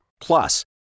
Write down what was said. Plus